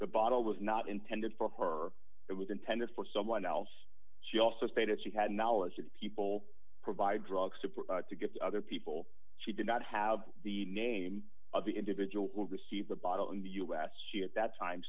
the bottle was not intended for her it was intended for someone else she also stated she had knowledge that people provide drugs to give to other people she did not have the name of the individual who received the bottle in the us she at that time